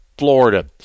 Florida